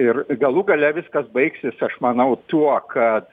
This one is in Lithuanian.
ir galų gale viskas baigsis aš manau tuo kad